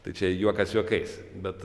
tai čia juokas juokais bet